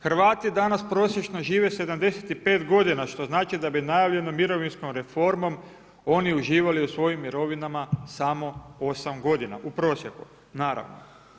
Hrvati danas prosječno žive 75 godina što znači da bi najavljenom mirovinskom reformom oni uživali u svojim mirovinama samo 8 godina u prosjeku, naravno.